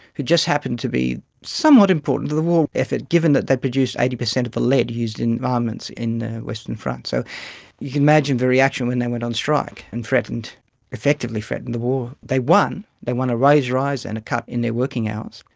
who just happened to be somewhat important to the war effort given that they produced eighty percent of the lead used in armaments in western france. so you can imagine the reaction when they went on strike and effectively threatened the war. they won. they won a wage rise and a cut in their working hours,